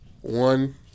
One